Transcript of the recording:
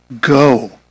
Go